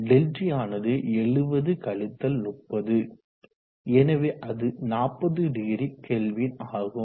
ΔT ஆனது 70 30 எனவே அது 400K ஆகும்